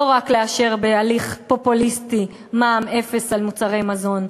לא רק לאשר בהליך פופוליסטי מע"מ אפס על מוצרי מזון,